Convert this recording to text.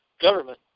government